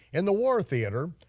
in the war theater,